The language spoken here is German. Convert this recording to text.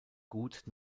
gut